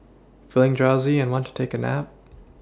feeling drowsy and want to take a nap